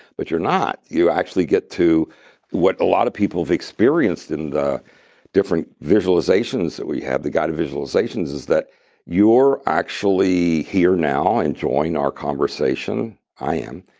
but you're not, you actually get to what a lot of people have experienced in the different visualizations that we have, the guided visualizations is that you're actually here now enjoying our conversation. i am.